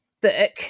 book